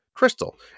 crystal